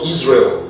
Israel